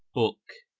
book